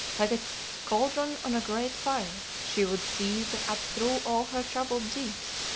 like a cauldron on a great fire she would seethe up through all her troubled deeps,